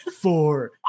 four